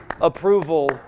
approval